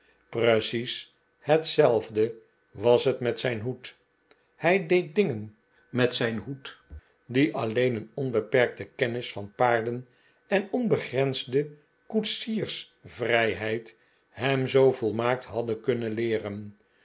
precies hetzelfde was het met zijn hoed hij deed dingen met zijn hoed die alleen een onbeperkte kennis van paarden en onbegrensde koetsiersvrijheid hem zoo volmaakt hadden kunnen leeren